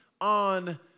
on